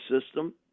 system